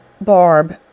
Barb